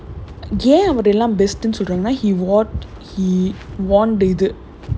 ஏன் அப்படி எல்லாம்:yaen appadi ellaam best சொல்றாங்கனா:solraanganaa he what he won the இது:ithu